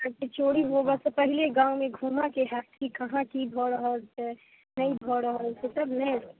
अहाँके चोरी होबऽसँ पहिले गाँवमे घूमऽके हैत की कहाँ की भऽ रहल छै नहि भऽ रहल छै तब ने